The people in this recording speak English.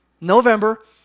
November